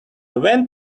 went